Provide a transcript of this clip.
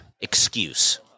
excuse